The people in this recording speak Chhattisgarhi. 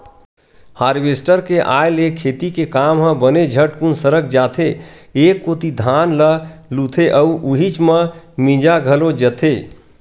हारवेस्टर के आय ले खेती के काम ह बने झटकुन सरक जाथे एक कोती धान ल लुथे अउ उहीच म मिंजा घलो जथे